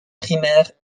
primaire